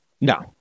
no